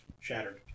shattered